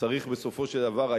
וצריך בסופו של דבר,